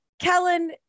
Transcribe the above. kellen